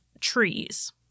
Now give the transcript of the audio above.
trees